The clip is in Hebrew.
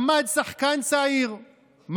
צריך שני גברים, נשנה לשני גברים.